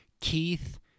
keith